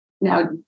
Now